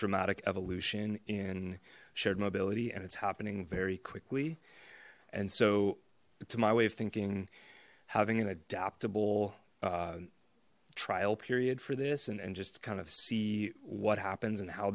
dramatic evolution in shared mobility and it's happening very quickly and so to my way of thinking having an adaptable trial period for this and just kind of see what happens and how